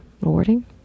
rewarding